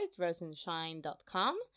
rosenshine.com